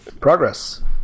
progress